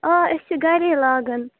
أسۍ چھِ گَرے لاگان